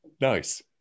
Nice